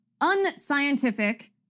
unscientific